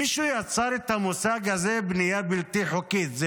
מישהו יצר את המושג הזה, בנייה בלתי חוקית.